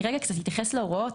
אני אתייחס להוראות,